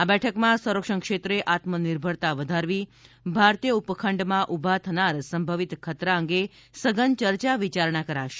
આ બેઠકમાં સંરક્ષણ ક્ષેત્રે આત્મનિર્ભરતા વધારવી ભારતીય ઉપખંડમાં ઉભા થનાર સંભવિત ખતરા અંગે સઘન ચર્ચા વિચારણા કરાશે